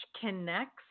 connects